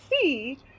see